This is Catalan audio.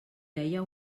deia